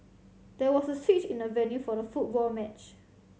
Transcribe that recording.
there was a switch in the venue for the football match